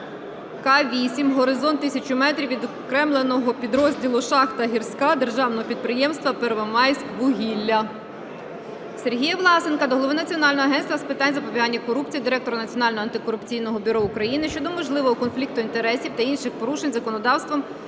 К8 горизонт 1000 метрів Відокремленого підрозділу "Шахта "Гірська" Державного підприємства "Первомайськвугілля". Сергія Власенка до Голови Національного агентства з питань запобігання корупції, Директора Національного антикорупційного бюро України щодо можливого конфлікту інтересів та інших порушень законодавства